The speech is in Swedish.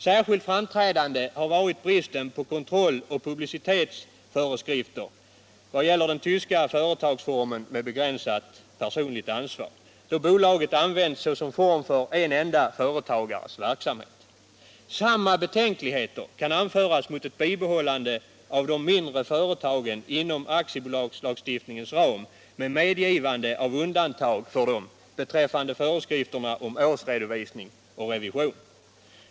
Särskilt framträdande har varit bristen på kontrollmöjligheter och publicitetsföreskrifter i vad gäller den tyska företagsformen med begränsat personligt ansvar, då bolaget använts såsom form för en enda företagares verksamhet. Samma betänkligheter kan anföras mot ett bibehållande av de mindre företagen inom aktiebolagslagstiftningens ram, med medgivande av undantag för dem beträffande föreskrifterna för årsredovisning och revision.